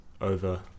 over